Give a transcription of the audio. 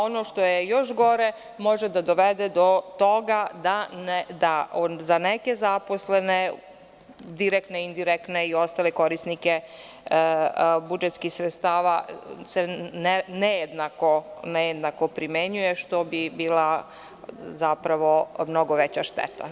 Ono što je još gore može da dovede do toga da za neke zaposlene direktne, indirektne i ostale korisnike budžetskih sredstava se nejednako primenjuje, što bi bila mnogo veća šteta.